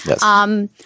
Yes